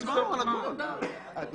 אני